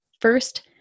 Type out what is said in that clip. First